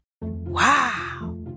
Wow